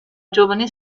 giovane